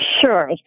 Sure